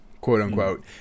quote-unquote